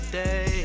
day